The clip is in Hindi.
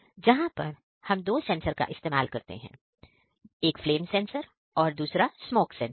जहां पर हम दो सेंसर का इस्तेमाल करते हैं एक फ्लैम सेंसर और दूसरा स्मोक सेंसर